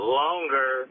longer